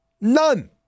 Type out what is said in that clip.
None